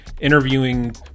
interviewing